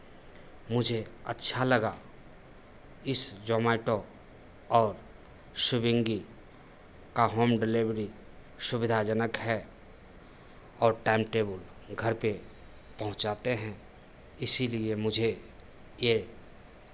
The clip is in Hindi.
मुझे अच्छा लगा इस ज़ोमैटो और स्वीगी का होम डिलिवरी सुविधाजनक है और टाइम टेबुल घर पे पहुँचाते हैं इसीलिए मुझे ये